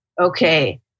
Okay